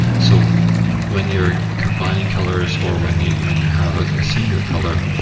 so when you're combining colors, or when you and you have a ah singular color,